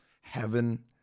heaven